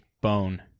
bone